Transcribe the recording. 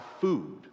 food